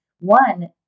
one